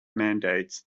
mandates